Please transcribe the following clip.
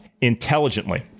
intelligently